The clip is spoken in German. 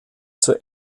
zur